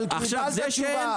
סמי, אבל קיבלת תשובה.